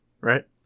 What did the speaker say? Right